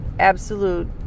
absolute